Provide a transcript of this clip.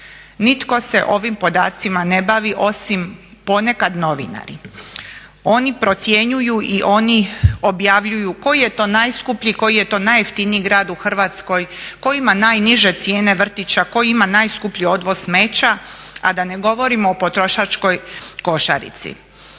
Nitko se ovim podacima ne bavi osim ponekad novinari. Oni procjenjuju i oni objavljuju koji je to najskuplji, koji je to najjeftiniji grad u Hrvatskoj, tko ima najniže cijene vrtića, tko ima najskuplji odvoz smeća, a da ne govorimo o potrošačkoj košarici.